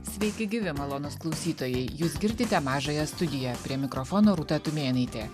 sveiki gyvi malonūs klausytojai jūs girdite mažąją studiją prie mikrofono rūta tumėnaitė